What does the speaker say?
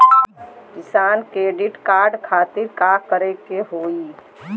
किसान credit card खातिर का करे के होई?